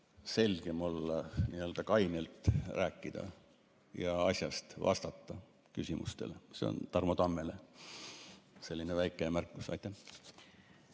selgem olla, nii-öelda kainelt rääkida asjast ja vastata küsimustele. See on Tarmo Tammele selline väike märkus. Aitäh!